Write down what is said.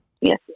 yes